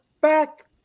back